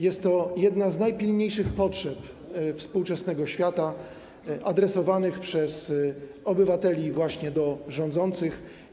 Jest to jedna z najpilniejszych potrzeb współczesnego świata adresowanych przez obywateli do rządzących.